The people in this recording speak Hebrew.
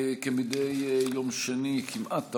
כמדי יום שני, כמעט תמיד,